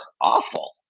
awful